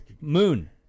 moon